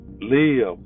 Live